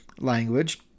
language